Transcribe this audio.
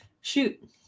Shoot